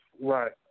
Right